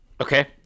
okay